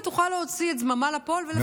תוכל להוציא את זממה לפועל ולפטר את היועמ"שית.